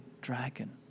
dragon